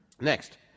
Next